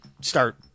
start